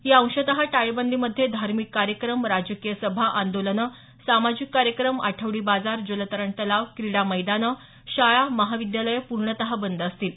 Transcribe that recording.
या अंशतः टाळेबंदी मध्ये धार्मिक कार्यक्रम राजकीय सभा आंदोलनं सामाजिक कार्यक्रम आठवडी बाजार जलतरण तलाव क्रीडा मैदाने शाळा महाविद्यालये पूर्णतः बंद असतील